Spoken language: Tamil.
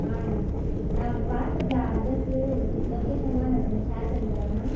ஆ நாங்கள் வாட்ஸ்ஆப்ல அட்ரஸ்ஸு லொ லொ லொக்கேஷன்லாம் ஷே ஷேர் பண்ணிடுவாண்ணா